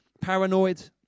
Paranoid